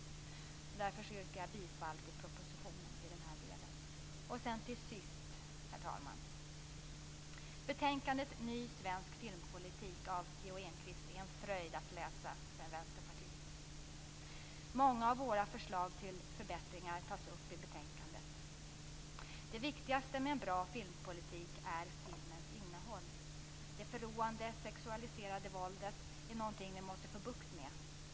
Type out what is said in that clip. Därför yrkar jag bifall till propositionen i den delen. Herr talman! Betänkandet Ny svensk filmpolitik av P.O. Enquist är en fröjd att läsa för en vänsterpartist. Många av våra förslag till förbättringar tas upp i betänkandet. Det viktigaste med en bra filmpolitik är filmens innehåll. Det förråande sexualiserade våldet är något vi måste få bukt med.